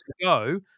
go